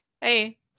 Hey